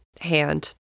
hand